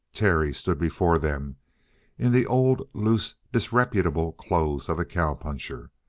terry stood before them in the old, loose, disreputable clothes of a cow puncher.